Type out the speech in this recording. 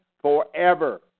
forever